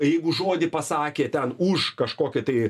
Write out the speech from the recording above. jeigu žodį pasakė ten už kažkokį tai